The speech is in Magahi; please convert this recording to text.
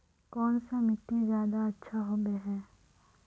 कौन सा मिट्टी ज्यादा अच्छा होबे है?